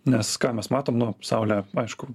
nes ką mes matom nu saulė aišku